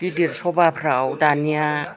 गिदिर सभाफ्राव दानिया